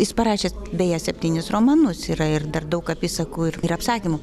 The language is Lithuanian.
jis parašęs beje septynis romanus yra ir dar daug apysakų ir apsakymų